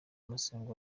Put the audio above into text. masengo